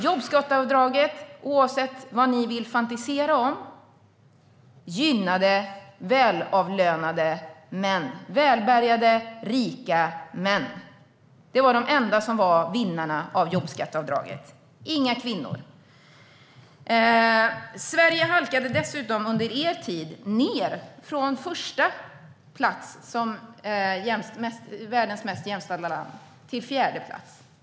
Jobbskatteavdraget, oavsett vad ni vill fantisera om, gynnade välavlönade, välbärgade och rika män. De var de enda vinnarna av jobbskatteavdraget - inga kvinnor. Sverige halkade dessutom under er regeringstid ned från första plats som världens mest jämställda land till fjärde plats.